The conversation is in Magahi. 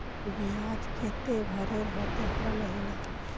बियाज केते भरे होते हर महीना?